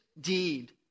deed